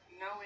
no